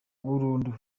burundu